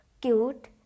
cute